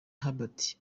hubert